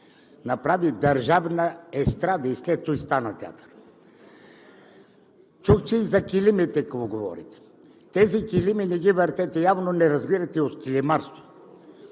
направи държавна естрада и след това стана театър. Чух и за килимите какво говорите. Тези килими не ги въртят, явно не разбирате от килимарство.